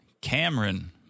Cameron